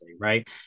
right